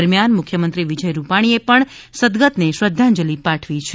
દરમિયાન મુખ્યમંત્રી વિજય રૂપાણીએ પણ સદગતને શ્રધ્ધાજલિ પાઠવી છે